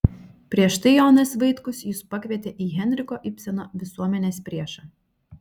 prieš tai jonas vaitkus jus pakvietė į henriko ibseno visuomenės priešą